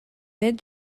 mid